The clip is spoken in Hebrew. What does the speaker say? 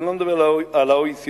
ואני לא מדבר על ה-OECD,